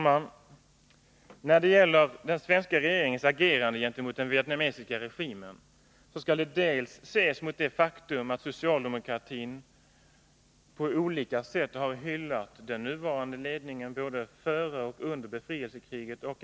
Herr talman! Den svenska regeringens agerande gentemot den vietnamesiska regimen skall ses mot det faktum att socialdemokratin med vänliga tillrop och på andra sätt har hyllat den nuvarande ledningen både före och under befrielsekriget.